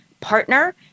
partner